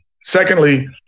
Secondly